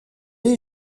est